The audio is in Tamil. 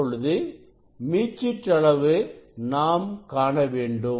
இப்பொழுது மீச்சிற்றளவு நாம் காண வேண்டும்